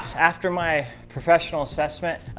after my professional assessment,